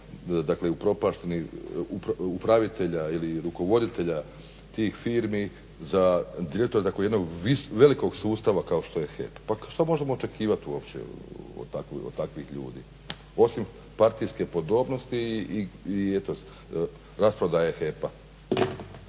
dakle upropaštenih upravitelja i rukovoditelja tih firmi, za drito tako jedno velikog sustava kao što je HEP. Pa što možemo očekivat uopće od takvih ljudi osim partijske podobnosti i eto rasprodaje HEP-a.